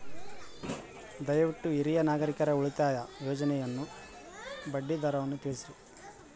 ದಯವಿಟ್ಟು ಹಿರಿಯ ನಾಗರಿಕರ ಉಳಿತಾಯ ಯೋಜನೆಯ ಬಡ್ಡಿ ದರವನ್ನು ತಿಳಿಸ್ರಿ